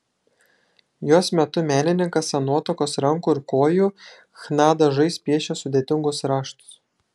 jos metu menininkas ant nuotakos rankų ir kojų chna dažais piešia sudėtingus raštus